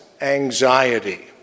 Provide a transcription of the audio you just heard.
anxiety